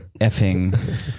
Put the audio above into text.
effing